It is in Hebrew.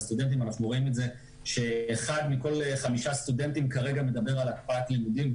רואים שאחד מכל חמישה סטודנטים מדבר על הקפאת לימודים,